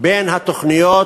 בין התוכניות